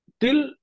till